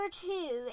two